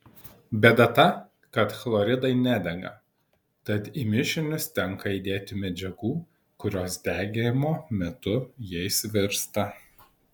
bėda ta kad chloridai nedega tad į mišinius tenka įdėti medžiagų kurios degimo metu jais virsta